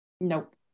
Nope